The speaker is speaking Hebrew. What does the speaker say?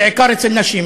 בעיקר אצל נשים.